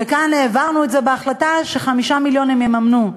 וכאן העברנו את זה בהחלטה ש-5 מיליון הן יממנו,